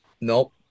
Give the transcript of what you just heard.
Nope